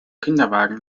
kinderwagen